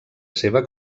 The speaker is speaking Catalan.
seva